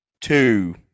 two